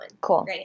Cool